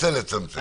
תנסה לצמצם.